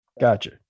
Gotcha